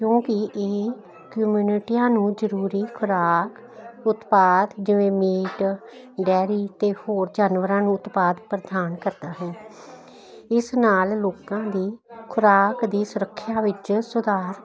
ਕਿਉਂਕਿ ਇਹ ਕਮਿਊਨਿਟੀਆਂ ਨੂੰ ਜਰੂਰੀ ਖੁਰਾਕ ਉਤਪਾਦ ਜਿਵੇਂ ਮੀਟ ਡੈਰੀ ਤੇ ਹੋਰ ਜਾਨਵਰਾਂ ਨੂੰ ਉਤਪਾਤ ਪ੍ਰਧਾਨ ਕਰਦਾ ਹੈ ਇਸ ਨਾਲ ਲੋਕਾਂ ਦੀ ਖੁਰਾਕ ਦੀ ਸੁਰੱਖਿਆ ਵਿੱਚ ਸੁਧਾਰ